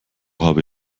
habe